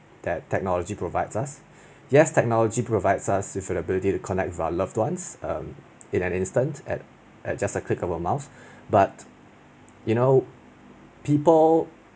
that technology provides us yes technology provides us with the ability to connect with our loves one um in an instant at at just a click of the mouse but you know people